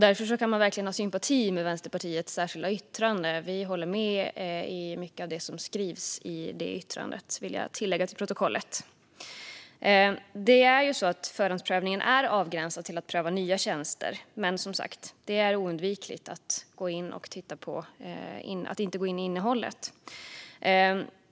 Därför kan man verkligen ha sympati med Vänsterpartiets särskilda yttrande, och jag vill få fört till protokollet att vi håller med om mycket som framgår av yttrandet. Förhandsprövningen är avgränsad till att pröva nya tjänster, men det är oundvikligt att titta på innehållet.